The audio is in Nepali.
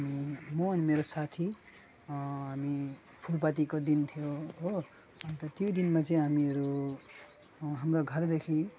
हामी म अनि मेरो साथी हामी फुलपातीको दिन थियो हो अनि त त्यो दिनमा चाहिँ हामीहरू हाम्रो घरदेखि